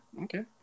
Okay